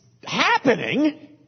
Happening